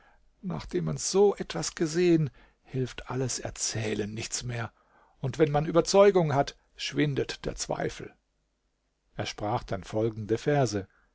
nachdem man so etwas gesehen hilft alles erzählen nichts mehr und wenn man überzeugung hat schwindet der zweifel er sprach dann folgende verse